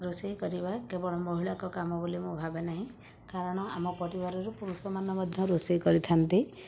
ରୋଷେଇ କରିବା କେବଳ ମହିଳାଙ୍କ କାମ ବୋଲି ମୁଁ ଭାବେ ନାହିଁ କାରଣ ଆମ ପରିବାରର ପୁରୁଷମାନେ ମଧ୍ୟ ରୋଷେଇ କରିଥାନ୍ତି